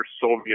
Soviet